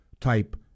type